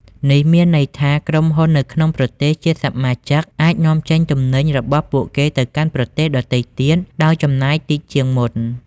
នេះមានន័យថា ក្រុមហ៊ុននៅក្នុងប្រទេសជាសមាជិកអាចនាំចេញទំនិញរបស់ពួកគេទៅកាន់ប្រទេសដទៃដោយចំណាយតិចជាងមុន។